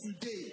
today